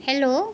hello